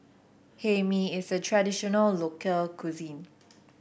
Hae Mee is a traditional local cuisine